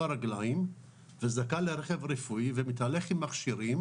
רגליים וזכאי לרכב רפואי ומתהלך עם מכשירים